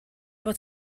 fod